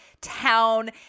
town